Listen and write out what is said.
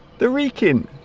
the wrekin